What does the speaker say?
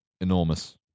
enormous